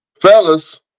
Fellas